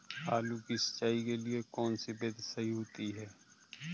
आलू की सिंचाई के लिए कौन सी विधि सही होती है?